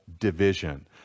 division